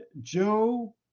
Joe